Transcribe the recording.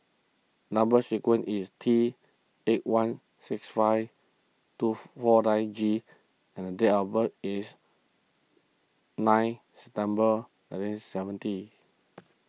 Number Sequence is T eight one six five two four nine G and date of birth is nine September nineteen seventy